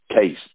case